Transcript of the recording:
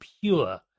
pure